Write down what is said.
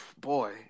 boy